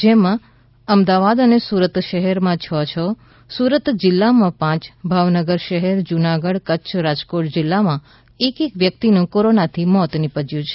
જેમાં અમદાવાદ અને સુરત શહેરમાં છ છ સુરત જિલ્લામાં પાંચ ભાવનગર શહેર જૂનાગઢ કચ્છ રાજકોટ જિલ્લામાં એક એક વ્યક્તિનું કોરોનાથી મોત નિપશ્યું છે